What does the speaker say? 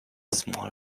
small